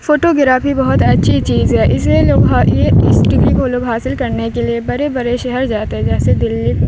photography بہت اچھی چیز ہے اس لیے لوگ یہ اس ڈگری کو لوگ حاصل کرنے کے لیے بڑے بڑے شہر جاتے ہیں جیسے دلی